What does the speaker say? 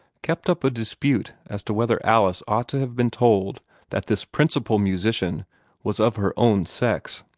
kept up a dispute as to whether alice ought to have been told that this principal musician was of her own sex.